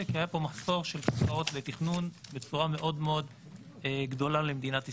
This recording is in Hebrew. כי היה פה מחסור של --- לתכנון בצורה מאוד גדולה למדינת ישראל.